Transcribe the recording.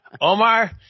Omar